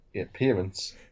appearance